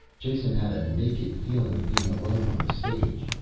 jason had a naked feeling of being alone on the stage.